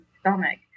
stomach